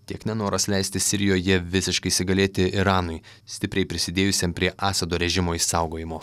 tiek nenoras leisti sirijoje visiškai įsigalėti iranui stipriai prisidėjusiam prie asado režimo išsaugojimo